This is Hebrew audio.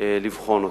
לבחון אותם.